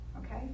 okay